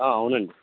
అవునండి